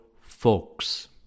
Folk's